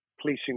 policing